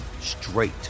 straight